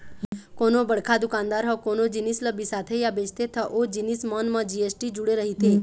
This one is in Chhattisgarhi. कोनो बड़का दुकानदार ह कोनो जिनिस ल बिसाथे या बेचथे त ओ जिनिस मन म जी.एस.टी जुड़े रहिथे